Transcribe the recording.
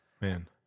Man